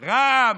רע"מ?